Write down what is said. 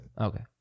Okay